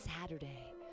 Saturday